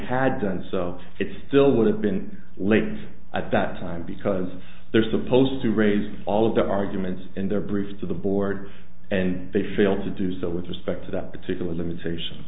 had done so it still would have been late at that time because they're supposed to raise all of the arguments in their briefs to the board and they failed to do so with respect to that particular limitation